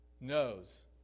knows